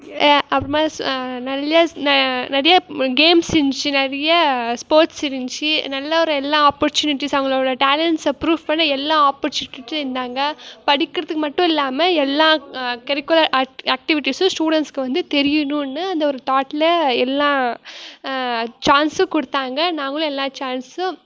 அப்புறமா நிறைய ந நிறைய கேம்ஸ் இருந்துச்சி நிறைய ஸ்போர்ட்ஸ் இருந்துச்சி நல்ல ஒரு எல்லா ஆப்பர்ச்சுனிட்டீஸும் அவங்களோட டேலண்ட்ஸை ப்ரூஃப் பண்ண எல்லா ஆப்பர்ச்சுன்னுட்டு இருந்தாங்க படிக்கிறத்துக்கு மட்டுல்லாமல் எல்லா கரிக்குலர் ஆக் ஆக்டிவிட்டிஸூம் ஸ்டூடண்ட்ஸுக்கு வந்து தெரியணுன்னு அந்த ஒரு தாட்டில் எல்லாம் சான்ஸூம் கொடுத்தாங்க நாங்களும் எல்லா சான்ஸூம்